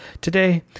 Today